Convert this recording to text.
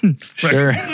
Sure